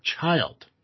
child